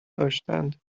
داشتند